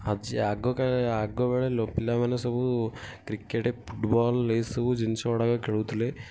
ଆଜି ଆଗକାଳରେ ଆଗବେଳେ ଲୋ ପିଲାମାନେ ସବୁ କ୍ରିକେଟ୍ ଫୁଟବଲ୍ ଏଇସବୁ ଜିନିଷ ଗୁଡ଼ାକ ଖେଳୁଥିଲେ